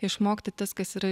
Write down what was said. išmokti tas kas yra